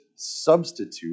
Substitute